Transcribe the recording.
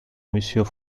monsieur